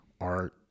art